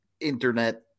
internet